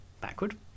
backward